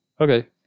Okay